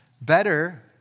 Better